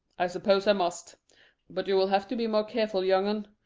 i suppose i must but you will have to be more careful, young un.